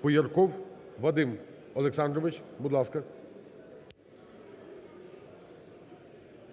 Поярков Вадим Олександрович, будь ласка.